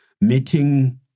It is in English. meeting